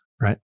Right